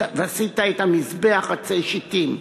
'ועשית את המזבח עצי שטים'